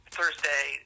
Thursday